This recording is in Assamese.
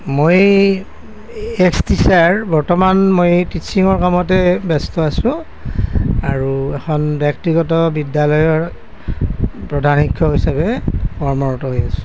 মই এক্স টিছাৰ বৰ্তমান মই টিছিঙৰ কামতে ব্যস্ত আছো আৰু এখন ব্যক্তিগত বিদ্যালয়ৰ প্ৰধান শিক্ষক হিচাপে কৰ্মৰত হৈ আছো